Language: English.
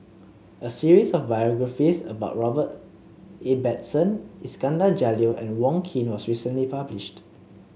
a series of biographies about Robert Ibbetson Iskandar Jalil and Wong Keen was recently published